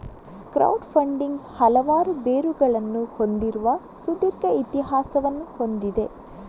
crowd funding ಹಲವಾರು ಬೇರುಗಳನ್ನು ಹೊಂದಿರುವ ಸುದೀರ್ಘ ಇತಿಹಾಸವನ್ನು ಹೊಂದಿದೆ